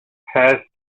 passed